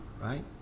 right